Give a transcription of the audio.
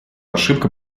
ошибка